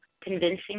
convincing